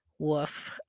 woof